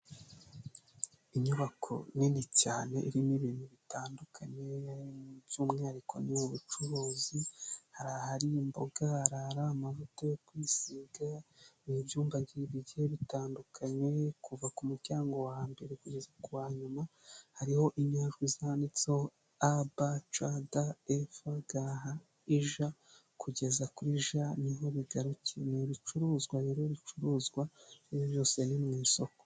Inyubako nini cyane irimo ibintu bitandukanye by'umwihariko ni ubucuruzi, hari ahari imboga, hari ahari amavuta yo kwisiga, ni ibyumba bigiye bitandukanye, kuva ku muryango wa mbere kugeza ku wa nyuma, hariho inyajwi zanditseho: A, B, C,D, E, F,G,H, I, J kugeza J ni ho bigarukiye. Ni ibicuruzwa rero bicuruzwa, ibyo ari byo byose ni mu isoko.